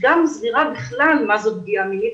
שגם מסבירה בכלל מה זאת פגיעה מינית.